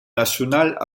nationales